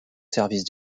service